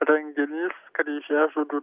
renginys kryžiažodžių